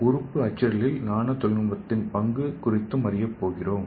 உறுப்பு அச்சிடலில் நானோ தொழில்நுட்பத்தின் பங்கு குறித்தும் அறியப்போகிறோம்